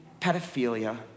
pedophilia